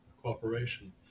cooperation